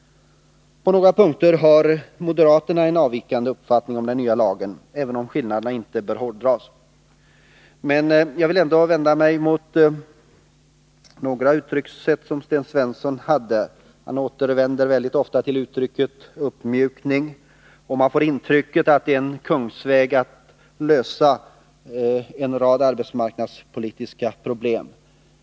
På några punkter har moderaterna en avvikande uppfattning om den nya lagen, även om skillnaderna inte bör hårdras. Jag vill ändå vända mig mot några av Sten Svenssons uttryckssätt. Han återvänder väldigt ofta till uttrycket uppmjukning, och man får intrycket att det är en kungsväg till lösningen av en rad arbetsmarknadspolitiska problem.